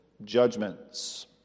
Judgments